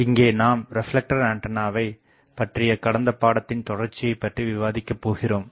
இங்கே நாம் ரெப்லெக்டர் ஆண்டனாவை பற்றிய கடந்த பாடத்தின் தொடர்ச்சியை பற்றி விவாதிக்க போகிறோம்